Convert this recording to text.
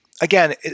again